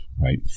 right